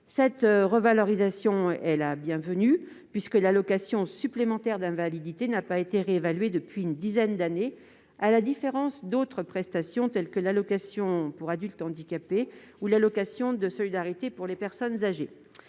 Cette revalorisation est la bienvenue, puisque l'allocation supplémentaire d'invalidité n'a pas été réévaluée depuis une dizaine d'années, à la différence d'autres prestations, telles que l'allocation aux adultes handicapés AAH ou l'allocation de solidarité aux personnes âgées.